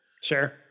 Sure